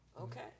Okay